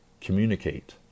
Communicate